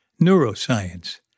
neuroscience